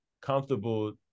comfortable